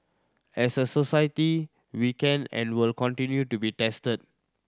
as a society we can and will continue to be tested